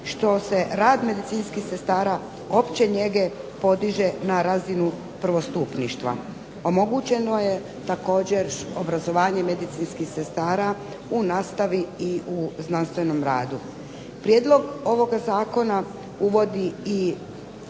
što se rad medicinskih sestara opće njege podiže na razinu prvostupništva. Omogućeno je također obrazovanje medicinskih sestara u nastavi i u znanstvenom radu. Prijedlog ovoga zakona uvodi i